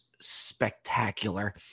spectacular